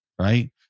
right